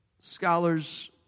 scholars